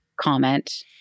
Comment